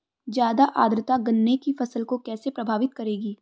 ज़्यादा आर्द्रता गन्ने की फसल को कैसे प्रभावित करेगी?